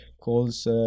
calls